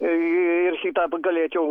ir šį tą galėčiau